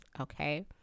okay